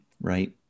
Right